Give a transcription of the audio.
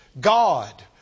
God